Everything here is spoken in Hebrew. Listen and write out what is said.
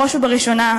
בראש ובראשונה,